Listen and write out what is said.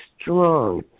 strong